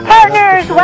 Partners